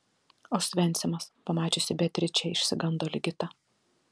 osvencimas pamačiusi beatričę išsigando ligita